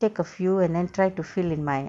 take a few and then try to feel in my